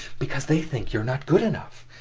because they think you are not good enough.